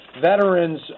veterans